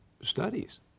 studies